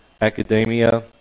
academia